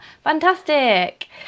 Fantastic